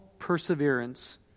perseverance